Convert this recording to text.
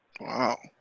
Wow